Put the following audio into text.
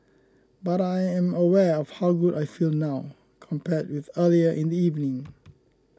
but I am aware of how good I feel now compared with earlier in the evening